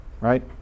right